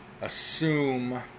assume